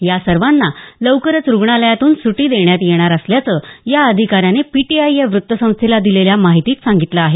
या सर्वांना लवकरच रुग्णालयातून सुटी देण्यात येणार असल्याचं या अधिकाऱ्याने पीटीआय या वृत्तसंस्थेला दिलेल्या माहितीत सांगितलं आहे